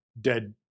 dead